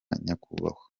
nyakubahwa